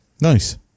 nice